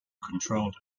controlled